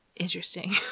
interesting